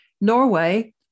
Norway